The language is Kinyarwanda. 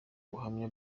buhamya